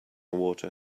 water